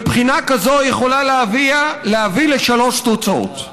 ובחינה כזאת יכולה להביא לשלוש תוצאות: